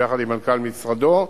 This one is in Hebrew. ביחד עם מנכ"ל משרדו,